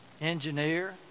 engineer